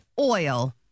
Oil